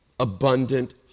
abundant